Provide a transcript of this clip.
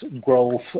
growth